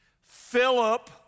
Philip